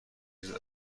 زود